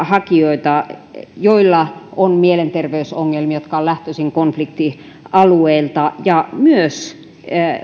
hakijoita joilla on mielenterveysongelmia jotka ovat lähtöisin konfliktialueilta ja myös